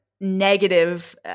negative